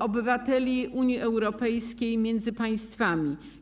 obywateli Unii Europejskiej między państwami.